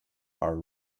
are